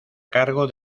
cargo